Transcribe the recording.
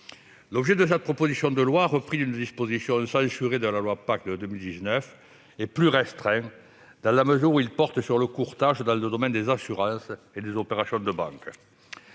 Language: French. L'objet de cette proposition de loi, repris d'une disposition censurée de la loi Pacte de 2019, est plus restreint, dans la mesure où il porte sur le courtage dans le domaine des assurances et des opérations de banque.